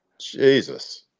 Jesus